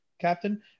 captain